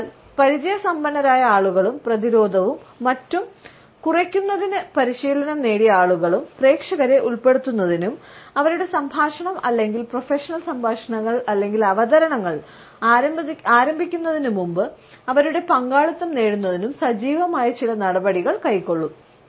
അതിനാൽ പരിചയസമ്പന്നരായ ആളുകളും പ്രതിരോധവും മറ്റും കുറയ്ക്കുന്നതിന് പരിശീലനം നേടിയ ആളുകളും പ്രേക്ഷകരെ ഉൾപ്പെടുത്തുന്നതിനും അവരുടെ സംഭാഷണം അല്ലെങ്കിൽ പ്രൊഫഷണൽ സംഭാഷണങ്ങൾ അല്ലെങ്കിൽ അവതരണങ്ങൾ ആരംഭിക്കുന്നതിനുമുമ്പ് അവരുടെ പങ്കാളിത്തം നേടുന്നതിനും സജീവമായി ചില നടപടികൾ കൈക്കൊള്ളും